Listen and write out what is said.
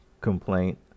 complaint